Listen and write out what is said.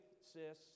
sis